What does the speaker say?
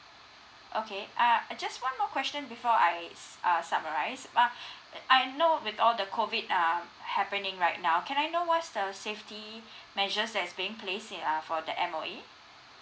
okay err just one more question before I s~ err summarise uh I know with all the COVID err happening right now can I know what's the safety measures that is being place in uh for the M_O_E